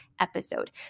episode